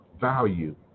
value